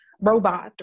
robot